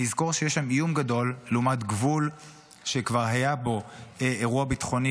לזכור שיש שם איום גדול לעומת גבול שכבר היה בו אירוע ביטחוני